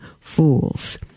fools